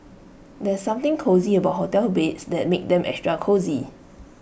there's something cozy about hotel beds that makes them extra cosy